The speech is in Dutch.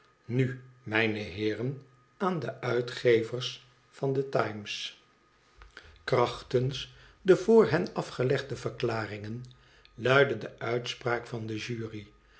nu mijnheeren aan de uitgevers van de times krachtens de voor hen afgelegde verklaringen luidde de uitspraak van de jury